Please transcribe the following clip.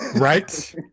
Right